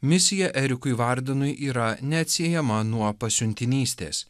misija erikui vardynui yra neatsiejama nuo pasiuntinystės